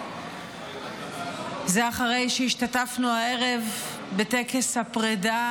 זה אחרי שהשתתפנו הערב בטקס הפרידה